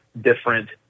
different